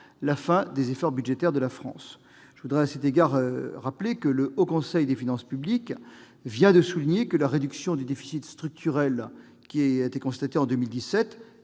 la fin des efforts budgétaires de la France. Je rappelle que le Haut Conseil des finances publiques vient de souligner que la réduction du déficit structurel constaté en 2017